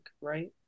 right